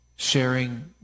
sharing